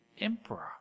emperor